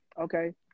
okay